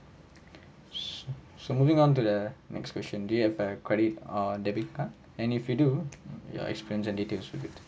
so moving on to the next question do you have a credit or debit card and if you do your experience and details with it